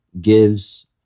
gives